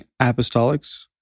apostolics